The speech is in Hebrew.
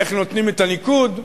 איך נותנים את הניקוד.